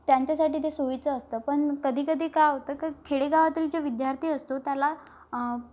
त्यांच्यासाठी ते सोयीचं असतं पण कधीकधी का होतं का खेडेगावातील जे विद्यार्थी असतो त्याला